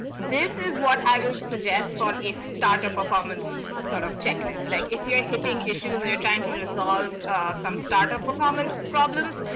this is what i will suggest for a start-up performance sort of checklists like if you're hitting issues that you're trying to resolve some startup performance problems,